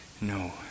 No